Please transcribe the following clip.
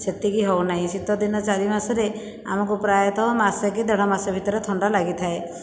ସେତିକି ହେଉ ନାହିଁ ଶୀତଦିନ ଚାରି ମାସରେ ଆମକୁ ପ୍ରାୟତଃ ମାସେ କି ଦେଢ଼ ମାସ ଭିତରେ ଥଣ୍ଡା ଲାଗିଥାଏ